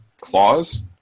clause